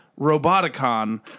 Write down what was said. Roboticon